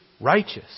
righteous